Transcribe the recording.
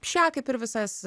šią kaip ir visas